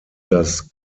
das